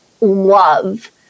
love